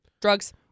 drugs